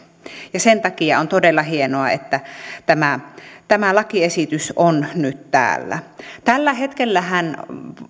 haluamme sen takia on todella hienoa että tämä tämä lakiesitys on nyt täällä tällä hetkellähän